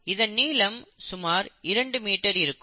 இதன் நீளம் சுமார் இரண்டு மீட்டர் இருக்கும்